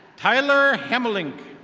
tyler hemlink.